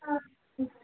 ఆ